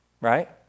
right